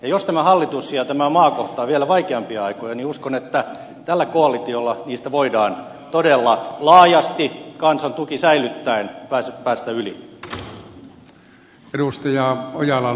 jos tämä hallitus ja tämä maa kohtaavat vielä vaikeampia aikoja niin uskon että tällä koalitiolla niistä voidaan todella laajasti kansan tuki säilyttäen päästä yli